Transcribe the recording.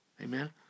Amen